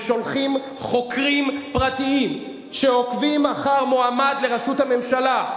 ושולחים חוקרים פרטיים שעוקבים אחר מועמד לראשות הממשלה.